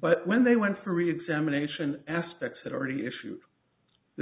but when they went for a examination aspects that already issued the